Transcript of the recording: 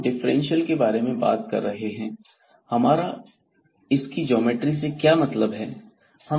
हम डिफरेंशियल के बारे में बात कर रहे हैं हमारा इसकी ज्योमेट्री से क्या मतलब है